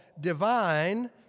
divine